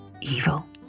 evil